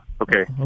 Okay